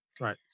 right